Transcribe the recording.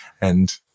And-